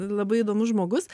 labai įdomus žmogus